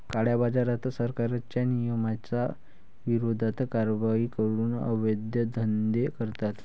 काळ्याबाजारात, सरकारच्या नियमांच्या विरोधात कारवाई करून अवैध धंदे करतात